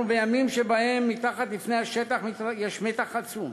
אנחנו בימים שבהם מתחת לפני השטח יש מתח עצום.